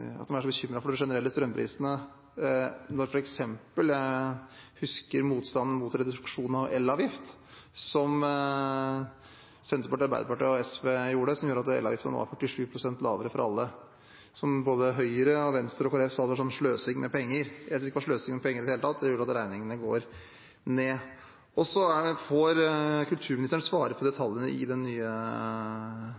husker f.eks. motstanden mot reduksjon av elavgiften, som Senterpartiet, Arbeiderpartiet og SV sto bak, og som gjør at elavgiften nå er 47 pst. lavere for alle – og som både Høyre, Venstre og Kristelig Folkeparti sa var sløsing med penger. Jeg synes det ikke er sløsing med penger i det hele tatt, det gjør at regningene går ned. Så får kulturministeren svare på